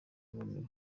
bumiwe